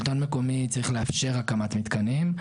שלטון מקומי צריך לאפשר הקמת מתקנים.